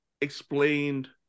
explained